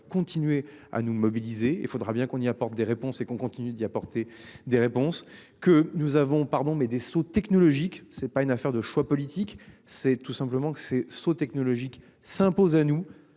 continuer à nous mobiliser et il faudra bien qu'on y apporte des réponses et qu'on continue d'y apporter des réponses que nous avons pardon mais des sauts technologiques. C'est pas une affaire de choix politique. C'est tout simplement que ces sauts technologiques s'impose à nous